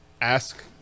Ask